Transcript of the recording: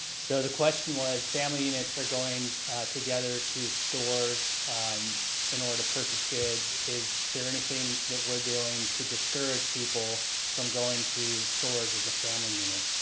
so the question was, family units are going together to stores in order to purchase goods. is there anything that we are doing to discourage people from going to stores as a family unit.